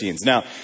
Now